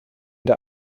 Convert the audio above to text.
der